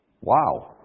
Wow